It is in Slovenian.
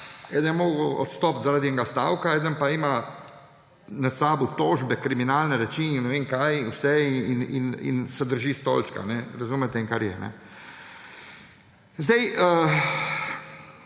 Eden je moral odstopiti zaradi enega stavka, eden pa ima nad sabo tožbe, kriminalne reči in ne vem kaj vse – in se drži stolčka, razumete, in kar je. Mi